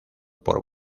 por